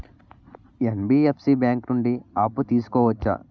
NBFC bank నుండి అప్పు తీసుకోవచ్చా?